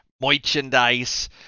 merchandise